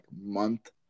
month